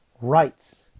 rights